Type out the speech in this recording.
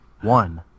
One